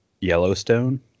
yellowstone